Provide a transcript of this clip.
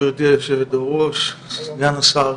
גברתי היושבת-ראש; סגן השר,